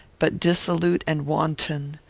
but dissolute and wanton,